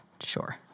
Sure